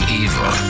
evil